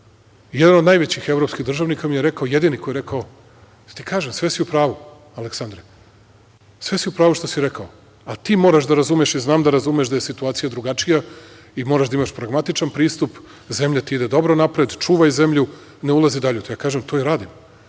od najvećih evropskih državnika mi je rekao, jedini koji je rekao, da ti kažem sve si u pravu, Aleksandre, sve si u pravu što si rekao, ali ti moraš da razumeš, jer znam da razumeš, da je situacija drugačija i moraš da imaš pragmatičan pristup, zemlja ti ide dobro napred, čuvaj zemlju, ne ulazi dalje u to. Ja kažem – to i radim,